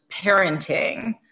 parenting